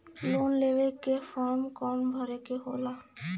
Loan लेवे के form कौन भरे के होला?